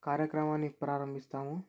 కార్యక్రమాన్ని ప్రారంభిస్తాము